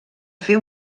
fer